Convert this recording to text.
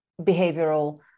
behavioral